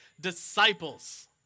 disciples